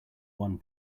one